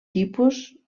tipus